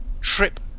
trip